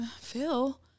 Phil